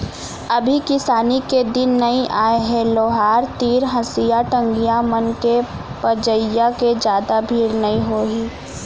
अभी किसानी के दिन नइ आय हे लोहार तीर हँसिया, टंगिया मन के पजइया के जादा भीड़ नइ होही